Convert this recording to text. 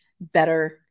better